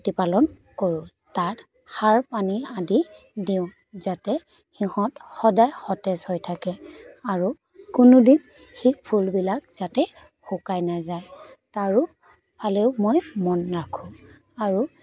প্ৰতিপালন কৰোঁ তাত সাৰ পানী আদি দিওঁ যাতে সিঁহত সদায় সতেজ হৈ থাকে আৰু কোনোদিন সেই ফুলবিলাক যাতে শুকাই নাজায় তাৰো ফালেও মই মন ৰাখোঁ আৰু